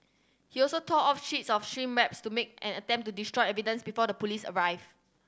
he also tore off sheets of shrink wraps to make an attempt to destroy evidence before the police arrive